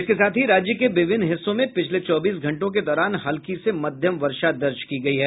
इसके साथ ही राज्य के विभिन्न हिस्सों में पिछले चौबीस घंटों के दौरान हल्की मध्यम वर्षा दर्ज की गयी है